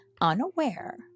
unaware